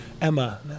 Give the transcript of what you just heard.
Emma